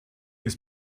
ist